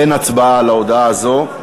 אין הצבעה על ההודעה הזאת.